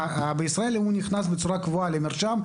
בישראל האם הוא נכנס בצורה קבועה למרשם,